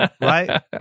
right